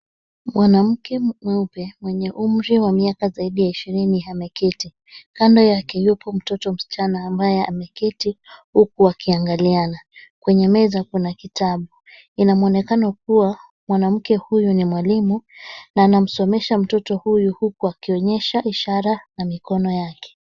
Mwanamke mweupe mwenye umri wa miaka zaidi ya ishirini ameketi. Kando yake yupo mtoto msichana ambaye ameketi huku wakiangaliana kwenye meza kuna kitabu inamwonekano kuwa mwanamke huyu ni mwalimu na anamsomesha mtoto huyu huku akionyesha ishara na mikono yake.